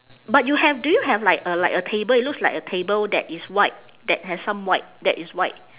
but you have do you have like a like a table it looks like a table that is white that has some white that is white